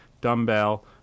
dumbbell